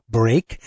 break